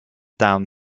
dawn